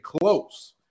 close